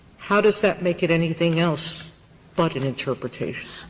how does that make it anything else but an interpretation?